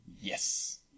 Yes